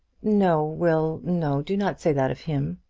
no, will no do not say that of him.